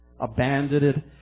abandoned